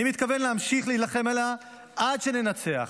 אני מתכוון להמשיך להילחם עליה עד שננצח.